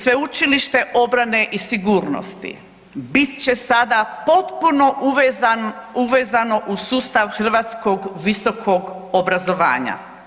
Sveučilište obrane i sigurnosti bit će sada potpuno uvezano u sustav hrvatskog visokog obrazovanja.